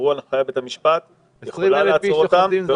שעברו על הנחיית בית המשפט ויכולה לעצור אותם.